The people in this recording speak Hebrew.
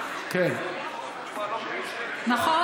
נכון.